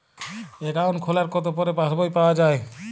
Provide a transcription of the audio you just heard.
Account খোলার কতো পরে পাস বই পাওয়া য়ায়?